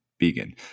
vegan